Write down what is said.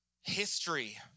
history